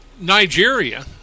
Nigeria